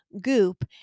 goop